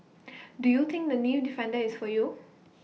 do you think the knee defender is for you